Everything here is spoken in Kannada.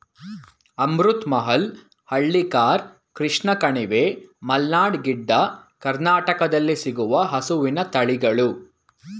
ಅಮೃತ್ ಮಹಲ್, ಹಳ್ಳಿಕಾರ್, ಕೃಷ್ಣ ಕಣಿವೆ, ಮಲ್ನಾಡ್ ಗಿಡ್ಡ, ಕರ್ನಾಟಕದಲ್ಲಿ ಸಿಗುವ ಹಸುವಿನ ತಳಿಗಳು